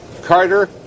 Carter